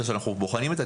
וכשאנחנו בוחנים את זה,